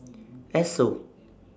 Esso